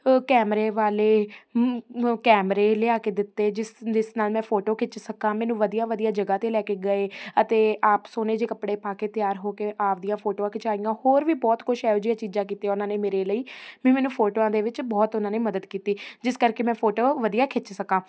ਕੈਮਰੇ ਵਾਲੇ ਕੈਮਰੇ ਲਿਆ ਕੇ ਦਿੱਤੇ ਜਿਸ ਜਿਸ ਨਾਲ ਮੈਂ ਫੋਟੋ ਖਿੱਚ ਸਕਾਂ ਮੈਨੂੰ ਵਧੀਆ ਵਧੀਆ ਜਗ੍ਹਾ 'ਤੇ ਲੈ ਕੇ ਗਏ ਅਤੇ ਆਪ ਸੋਹਣੇ ਜਿਹੇ ਕੱਪੜੇ ਪਾ ਕੇ ਤਿਆਰ ਹੋ ਕੇ ਆਪਣੀਆਂ ਫੋਟੋਆਂ ਖਿਚਵਾਈਆਂ ਹੋਰ ਵੀ ਬਹੁਤ ਕੁਛ ਇਹੋ ਜਿਹੀਆਂ ਚੀਜ਼ਾਂ ਕੀਤੀਆਂ ਉਹਨਾਂ ਨੇ ਮੇਰੇ ਲਈ ਵੀ ਮੈਨੂੰ ਫੋਟੋਆਂ ਦੇ ਵਿੱਚ ਬਹੁਤ ਉਹਨਾਂ ਨੇ ਮਦਦ ਕੀਤੀ ਜਿਸ ਕਰਕੇ ਮੈਂ ਫੋਟੋ ਵਧੀਆ ਖਿੱਚ ਸਕਾਂ